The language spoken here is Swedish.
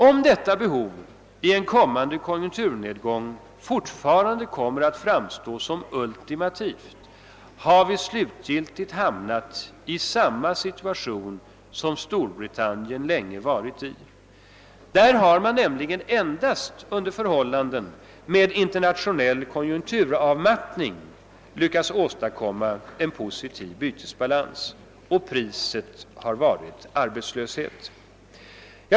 Om detta behov i en kommande konjunkturnedgång fortfarande kommer att framstå som ultimativt, har vi slutgiltigt hamnat i samma situation som Storbritannien länge varit i. Där har man endast under förhållanden med internationell konjunkturavmattning lyckats åstadkomma en positiv bytesbalans. Priset har varit arbetslöshet.